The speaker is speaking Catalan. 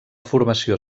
formació